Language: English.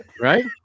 Right